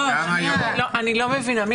אני לא מבינה.